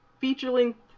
feature-length